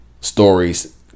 stories